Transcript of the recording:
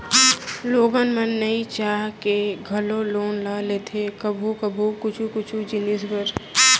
लोगन मन नइ चाह के घलौ लोन ल लेथे कभू कभू कुछु कुछु जिनिस बर